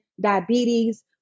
diabetes